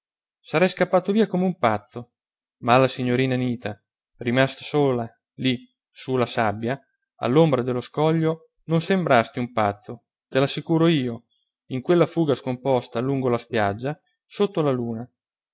sarai scappato via come un pazzo ma alla signorina anita rimasta sola lì su la sabbia all'ombra dello scoglio non sembrasti un pazzo te l'assicuro io in quella fuga scomposta lungo la spiaggia sotto la luna